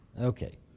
Okay